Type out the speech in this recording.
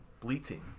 bleating